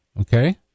Okay